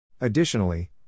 Additionally